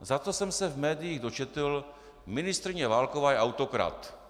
Zato jsem se v médiích dočetl: Ministryně Válková je autokrat.